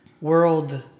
world